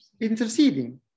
interceding